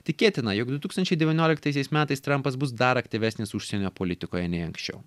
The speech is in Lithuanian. tikėtina jog du tūkstančiai devynioliktaisiais metais trampas bus dar aktyvesnis užsienio politikoje nei anksčiau